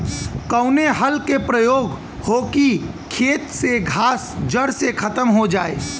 कवने हल क प्रयोग हो कि खेत से घास जड़ से खतम हो जाए?